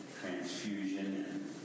transfusion